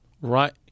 right